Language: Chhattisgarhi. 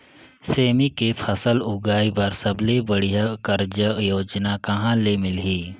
सेमी के फसल उगाई बार सबले बढ़िया कर्जा योजना कहा ले मिलही?